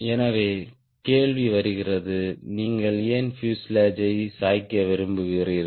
எனவே கேள்வி வருகிறது நீங்கள் ஏன் பியூசேலாஜ் யை சாய்க்க விரும்புகிறீர்கள்